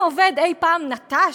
שאם עובד אי-פעם נטש,